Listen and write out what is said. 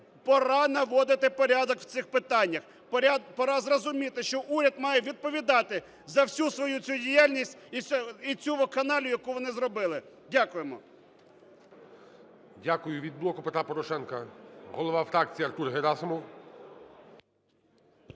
Пора наводити порядок в цих питаннях. Пора зрозуміти, що уряд має відповідати за всю свою цю діяльність і цю вакханалію, яку вони зробили. Дякуємо. ГОЛОВУЮЧИЙ. Дякую. Від "Блоку Петра Порошенка" голова фракції Артур Герасимов.